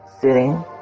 sitting